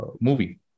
movie